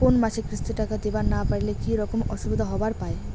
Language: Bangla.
কোনো মাসে কিস্তির টাকা দিবার না পারিলে কি রকম অসুবিধা হবার পায়?